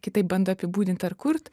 kitaip bando apibūdint ar kurt